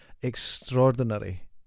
extraordinary